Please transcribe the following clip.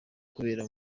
kubera